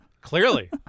Clearly